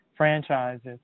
franchises